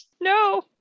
no